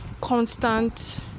Constant